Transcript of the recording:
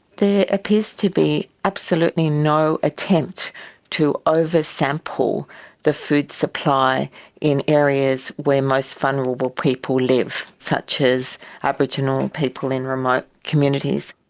appears to be absolutely no attempt to over sample the food supply in areas where most vulnerable people live, such as aboriginal people in remote communities.